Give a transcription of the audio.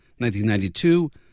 1992